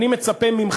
אני מצפה ממך,